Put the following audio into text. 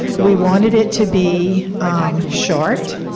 we want it it to be short.